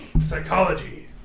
psychology